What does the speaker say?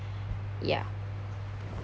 ya